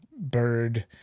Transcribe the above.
bird